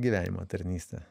gyvenimą tarnystė